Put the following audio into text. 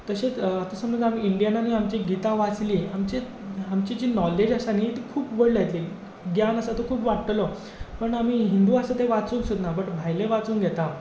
तशेंत आतां समज आमी इंडियनानी आमचीं गीतां वाचलीं आमची आमची जी नॉलेज आसा न्हय ती खूब व्हडली जातली ज्ञान आसा तो खूब वाडटलो पूण आमी हिंदू आसा ते वाचूंक सोदना बट भायले वाचूंक घेता